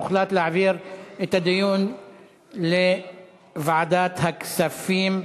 הוחלט להעביר את הדיון לוועדת הכספים.